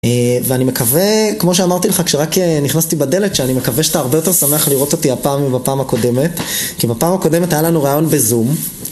ואני מקווה, כמו שאמרתי לך כשרק נכנסתי בדלת, שאני מקווה שאתה הרבה יותר שמח לראות אותי הפעם מבפעם הקודמת, כי מהפעם הקודמת היה לנו ראיון בזום